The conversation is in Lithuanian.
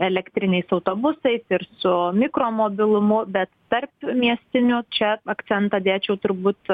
elektriniais autobusais ir su mikro mobilumu bet tarpmiestiniu čia akcentą dėčiau turbūt